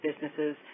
businesses